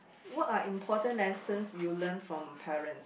what are important lessons you learn from parents